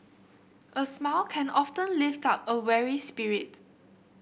a smile can often lift up a weary spirit